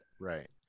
right